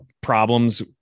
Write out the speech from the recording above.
problems